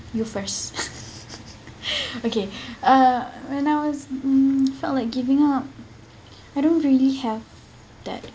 you first okay uh when I was mm felt like giving up I don't really have that